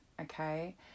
okay